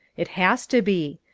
it has to be.